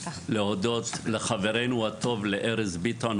להודות לארז ביטון,